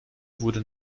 wurde